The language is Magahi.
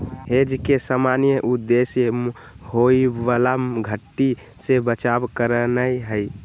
हेज के सामान्य उद्देश्य होयबला घट्टी से बचाव करनाइ हइ